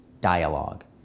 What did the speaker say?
dialogue